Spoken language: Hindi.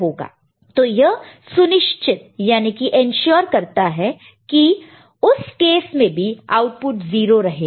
तो यह सुनिश्चित इन्शुर ensure करता है की उस केस में भी आउटपुट 0 रहेगा